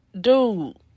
Dude